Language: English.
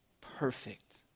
perfect